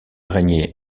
régnait